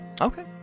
Okay